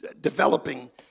developing